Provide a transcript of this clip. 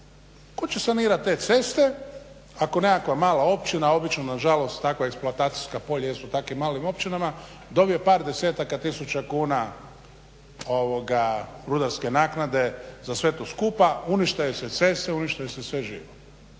Tko će sanirati te ceste ako nekakva mala općina, obično nažalost takva eksploatacijska polja jesu u takvim malim općinama dobije par desetaka tisuća kuna rudarske naknade za sve to skupa, unište joj se ceste, unište joj se sve živo.